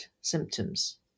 symptoms